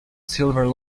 silver